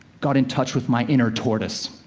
got in touch with my inner tortoise.